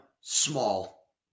small